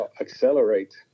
accelerate